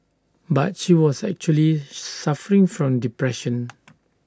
but she was actually suffering from depression